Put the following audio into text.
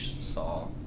saw